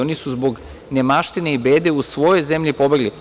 Oni su zbog nemaštine i bede iz svoje zemlje pobegli.